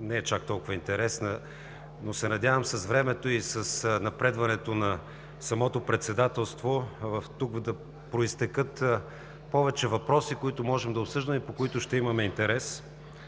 не е чак толкова интересна, но се надявам с времето и с напредването на самото Председателство тук да произтекат повече въпроси, които можем да обсъждаме и по които ще имаме интерес.